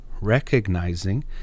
recognizing